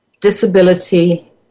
disability